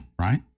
Right